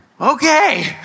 Okay